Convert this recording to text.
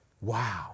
Wow